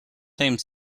time